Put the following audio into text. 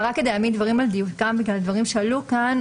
רק כדי להעמיד דברים על דיוקם בגלל הדברים שעלו כאן.